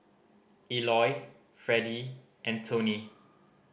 Eloy Fredy and Toney